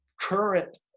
current